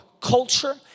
culture